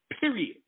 period